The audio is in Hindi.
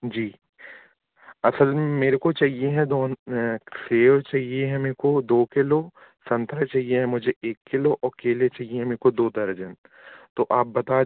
जी असल में मेरे को चाहिए है दोन सेव चाहिए है मेरे को दो किलो संतरा चाहिए है मुझे एक किलो और केले चाहिए हैं मेको दो दर्जन तो आप बता दी